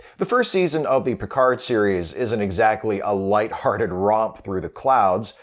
the first season of the picard series isn't exactly a lighthearted romp through the clouds,